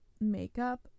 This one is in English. makeup